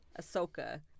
Ahsoka